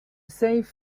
save